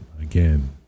again